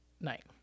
night